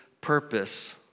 purpose